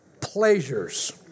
pleasures